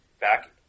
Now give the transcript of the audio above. back